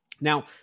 Now